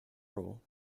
rule